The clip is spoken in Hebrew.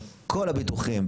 כל הביטוחים,